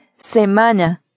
Semana